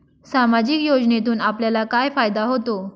सामाजिक योजनेतून आपल्याला काय फायदा होतो?